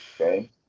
Okay